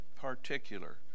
particular